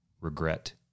regret